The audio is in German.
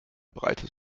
breites